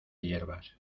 hierbas